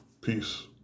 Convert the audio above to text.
peace